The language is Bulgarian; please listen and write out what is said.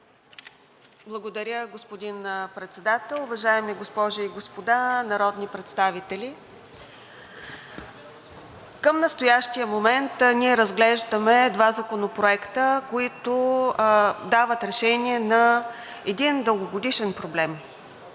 Благодаря, господин Председател. Уважаеми госпожи и господа народни представители! Към настоящия момент ние разглеждаме два законопроекта, които дават решение на един дългогодишен проблем,